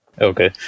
Okay